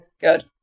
Good